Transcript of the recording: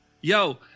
yo